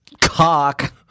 cock